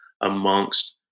amongst